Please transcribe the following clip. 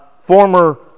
former